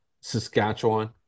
Saskatchewan